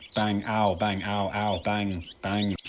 bang, ow, bang, ow, ow, bang, bang.